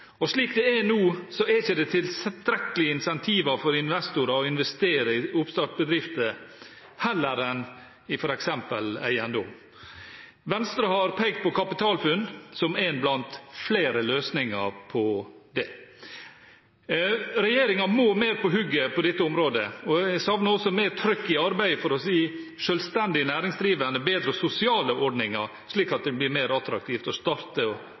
viktig. Slik det er nå, er det ikke tilstrekkelig med incentiver for investorer til heller å investere i oppstartbedrifter enn i f.eks. eiendom. Venstre har pekt på KapitalFUNN som en blant flere løsninger på det. Regjeringen må være mer på hugget på dette området, og jeg savner også mer trykk i arbeidet for å gi selvstendig næringsdrivende bedre sosiale ordninger, slik at det blir mer attraktivt å starte